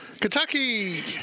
Kentucky